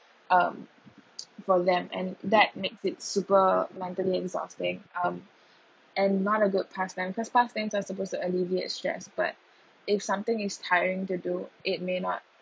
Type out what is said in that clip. um for them and that makes it super mentally exhausting um and not a good pastime cause pastime are supposed to alleviate stress but if something is tiring to do it may not